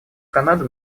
канада